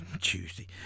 tuesday